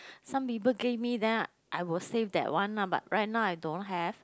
some people gave me then I was save that one lah but right now I don't have